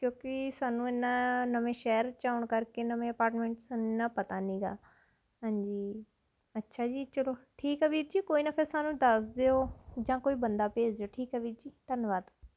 ਕਿਉਂਕਿ ਸਾਨੂੰ ਇੰਨਾਂ ਨਵੇਂ ਸ਼ਹਿਰ 'ਚ ਆਉਣ ਕਰਕੇ ਨਵੇਂ ਅਪਾਰਟਮੈਂਟ ਸਾਨੂੰ ਇੰਨਾਂ ਪਤਾ ਨਹੀਂ ਗਾ ਹਾਂਜੀ ਅੱਛਾ ਜੀ ਚਲੋ ਠੀਕ ਆ ਵੀਰ ਜੀ ਕੋਈ ਨਾ ਫਿਰ ਸਾਨੂੰ ਦੱਸ ਦਿਓ ਜਾਂ ਕੋਈ ਬੰਦਾ ਭੇਜ ਦਿਓ ਠੀਕ ਹੈ ਵੀਰ ਜੀ ਧੰਨਵਾਦ